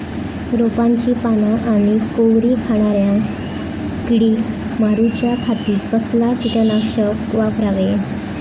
रोपाची पाना आनी कोवरी खाणाऱ्या किडीक मारूच्या खाती कसला किटकनाशक वापरावे?